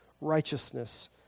righteousness